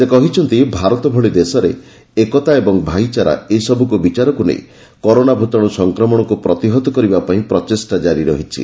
ସେ କହିଛନ୍ତି ଭାରତ ଭଳି ଦେଶରେ ଏକତା ଏବଂ ଭାଇଚାରା ଏସବୁକୁ ବିଚାରକୁ ନେଇ କରୋନା ଭୂତାଣୁ ସଂକ୍ରମଣକୁ ପ୍ରତିହତ କରିବା ପାଇଁ ପ୍ରଚେଷ୍ଟା ଜାରି ରଖିଛି